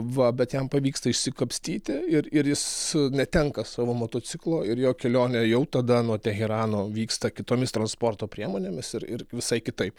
va bet jam pavyksta išsikapstyti ir ir jis netenka savo motociklo ir jo kelionė jau tada nuo teherano vyksta kitomis transporto priemonėmis ir ir visai kitaip